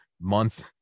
month